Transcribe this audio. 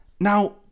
Now